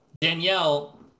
Danielle